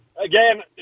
again